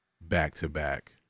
back-to-back